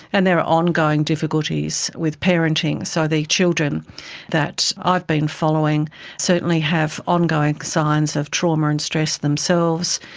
and there are ongoing difficulties with parenting. so the children that i've been following certainly have ongoing signs of trauma and stress themselves,